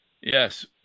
Yes